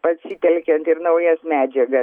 pasitelkiant ir naujas medžiagas